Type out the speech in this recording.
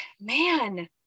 man